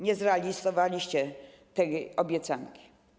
Nie zrealizowaliście tej obiecanki.